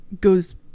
goes